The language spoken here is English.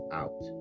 out